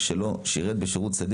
אנחנו באמת נשקול שפה